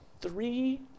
three